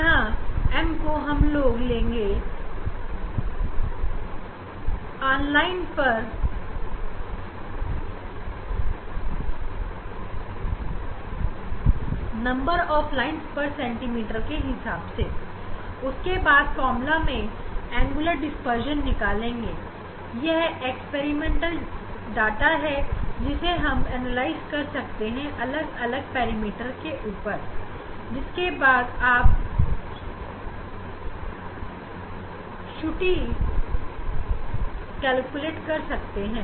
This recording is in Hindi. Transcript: यहां हम N को m रेखाएं प्रति सेंटीमीटर लेंगे और इस फार्मूला के हिसाब से एंगुलर डिस्पर्शन निकालेंगे इस तरीके से आप प्रयोग में मिलने वाली जानकारी को निकाल कर उससे गणना करके अलग अलग पैरामीटर प्राप्त कर सकते हैं और उसके बाद त्रुटि कैलकुलेट कर सकते हैं